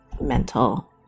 mental